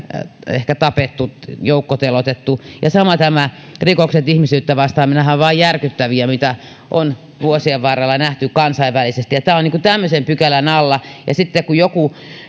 ehkä tapettu joukkoteloitettu ja sama on tässä rikoksissa ihmisyyttä vastaan nämähän ovat aivan järkyttäviä mitä on vuosien varrella nähty kansainvälisesti ja tämä on tämmöisen pykälän alla ja sitten kun joku